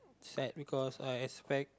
sad because I expect